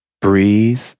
breathe